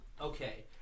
Okay